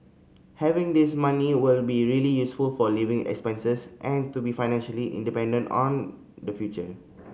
having this money will be really useful for living expenses and to be financially independent on the future